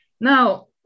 Now